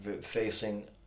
facing